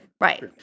right